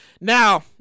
Now